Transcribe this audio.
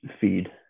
feed